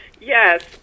Yes